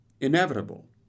inevitable